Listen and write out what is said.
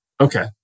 okay